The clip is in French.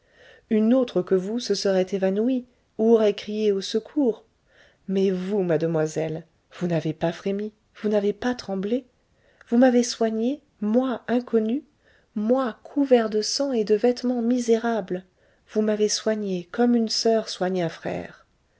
une autre que vous se serait évanouie ou aurait crié au secours mais vous mademoiselle vous n'avez pas frémi vous n'avez pas tremblé vous m'avez soigné moi inconnu moi couvert de sang et de vêtements misérables vous m'avez soigné comme une soeur soigne un frère